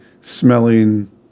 smelling